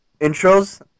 intros